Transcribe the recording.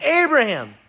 Abraham